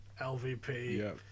LVP